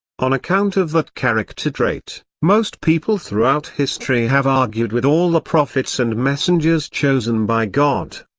on account of that character trait, most people throughout history have argued with all the prophets and messengers chosen by god,